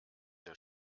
der